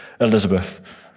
Elizabeth